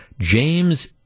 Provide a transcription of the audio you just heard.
James